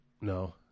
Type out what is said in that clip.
No